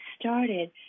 started